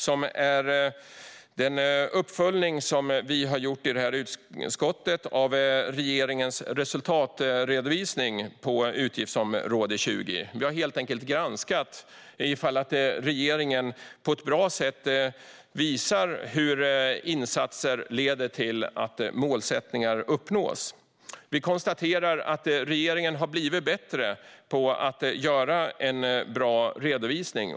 Det är en uppföljning som utskottet har gjort av regeringens resultatredovisning på utgiftsområde 20. Vi har helt enkelt granskat ifall regeringen på ett bra sätt visar hur insatser leder till att målsättningar uppnås. Vi konstaterar att regeringen har blivit bättre på att göra en bra redovisning.